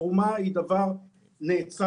תרומה היא דבר נאצל,